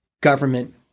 Government